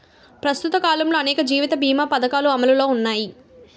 ప్రస్తుత కాలంలో అనేక జీవిత బీమా పధకాలు అమలులో ఉన్నాయి